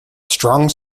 strong